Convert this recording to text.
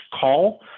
call